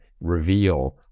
reveal